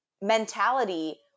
Mentality